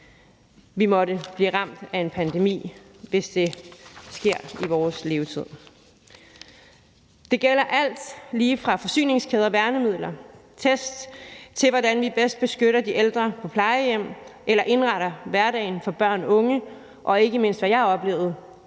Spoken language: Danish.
vi måtte blive ramt af en pandemi, hvis det sker i vores levetid. Det gælder alt lige fra forsyningskæder, værnemidler og test, til hvordan vi bedst beskytter de ældre på plejehjem eller indretter hverdagen for børn og unge og ikke mindst psykisk sårbare